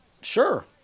Sure